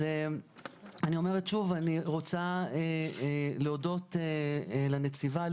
אני אומרת שוב: אני רוצה להודות לנציבה,